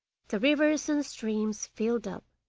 the rivers and streams filled up,